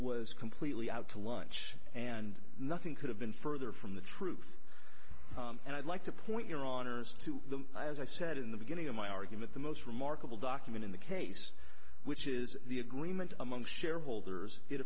was completely out to lunch and nothing could have been further from the truth and i'd like to point your honour's to as i said in the beginning of my argument the most remarkable document in the case which is the agreement among shareholders it